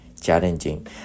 challenging